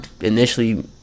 initially